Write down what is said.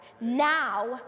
now